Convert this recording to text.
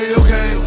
okay